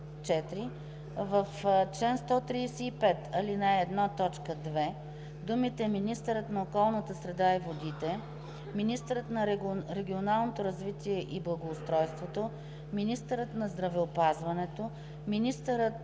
В чл. 135, ал. 1, т. 2 думите „министърът на околната среда и водите, министърът на регионалното развитие и благоустройството, министърът на здравеопазването, министърът